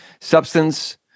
substance